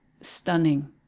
stunning